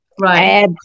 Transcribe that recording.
right